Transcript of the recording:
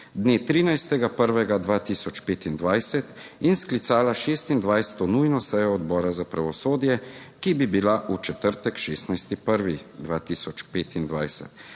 dne 13. 1. 2025 in sklicala 26. nujno sejo Odbora za pravosodje, ki bi bila v četrtek, 16. 1. 2025,